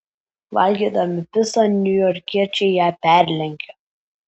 valgydami picą niujorkiečiai ją perlenkia